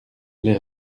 les